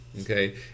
Okay